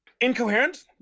Incoherent